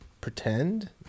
pretend